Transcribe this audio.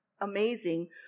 Amazing